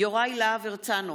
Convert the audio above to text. יוראי להב הרצנו,